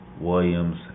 Williams